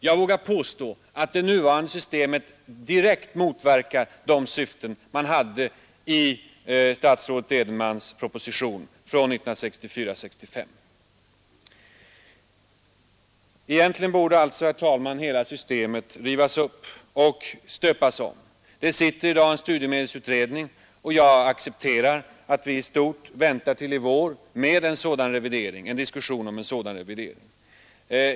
Jag vågar påstå att det nuvarande systemet direkt motverkar de syften man hade i statsrådet Edenmans proposition från 1964. Egentligen borde, herr talman, hela systemet rivas upp och stöpas om. Det sitter i dag en studiemedelsutredning, och jag accepterar att vi i stort väntar tills i vår med en diskussion om en sådan revidering.